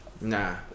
Nah